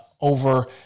over